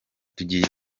tugiye